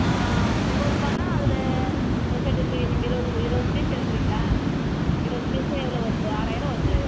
ஆ முந்நூறு ரூபாய்ன்னா அதில் ஒரு செட்டு எப்படியும் நீங்கள் இருபது இருபது பீஸ் எடுக்கிறீங்களா இருபது பீஸில் எவ்வளோ வருது ஆறாயிரம் வருது